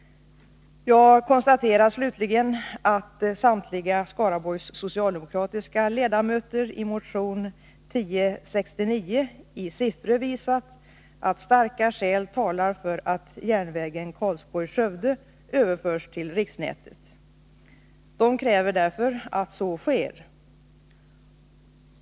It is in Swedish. Jag konstaterar slutligen att samtliga Skaraborgs socialdemokratiska ledamöter i motion 1069 i siffror visat att starka skäl talar för att järnvägen Karlsborg-Skövde överförs till riksnätet. De kräver därför att så sker.